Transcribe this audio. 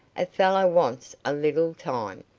a fellow wants a little time.